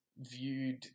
viewed